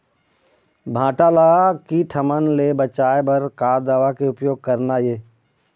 भांटा ला कीट हमन ले बचाए बर का दवा के उपयोग करना ये?